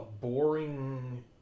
boring